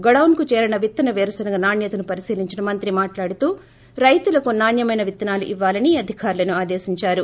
గోడౌస్ కు చేరిన విత్తన పేరుశెనగ నాణ్యతను పరిశీలించిన మంత్రి మాట్లాడుతూ రైతులకు నాణ్యమైన విత్తనాలు ఇవ్యాలని అధికారులను ఆదేశించారు